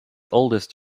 oldest